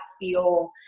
feel